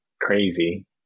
crazy